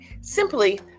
simply